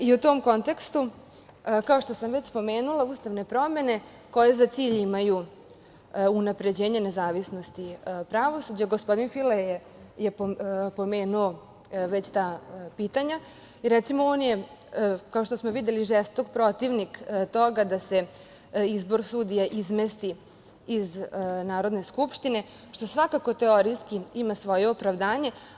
U tom kontekstu, kao što sam već spomenula, ustavne promene koje za cilj imaju unapređenje nezavisnosti pravosuđa, gospodin Fila je pomenuo već ta pitanja, recimo on je, kao što smo videli, žestok protivnik toga da se izbor sudija izmesti iz Narodne skupštine, što svakako teorijski ima svoje opravdanje.